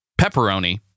pepperoni